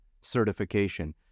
certification